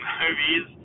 movies